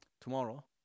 tomorrow